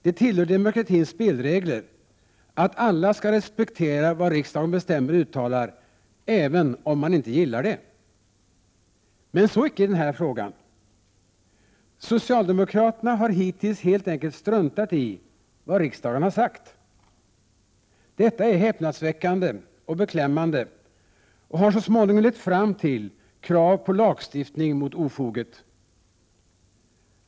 Det tillhör demokratins spelregler att alla skall respektera vad riksdagen bestämmer och uttalar, även om man inte gillar det. Men så icke i den här frågan. Socialdemokraterna har hittills helt enkelt struntat i vad riksdagen har sagt. Detta är häpnadsväckande och beklämmande och har så småningom lett fram till krav på lagstiftning mot ofoget.